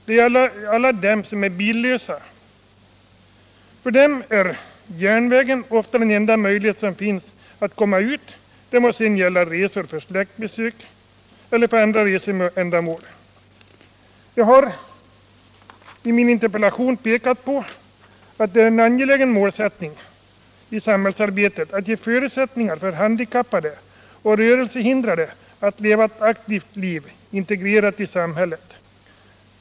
Det gäller alla dem som är billösa. För dem är järnvägen ofta den enda möjligheten att komma ut — det må sedan gälla resor för släktbesök eller andra ändamål. Jag har i min interpellation pekat på att det är en angelägen målsättning i samhällsarbetet att ge förutsättningar för handikappade att leva ett aktivt liv, integrerat i samhället.